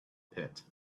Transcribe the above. pit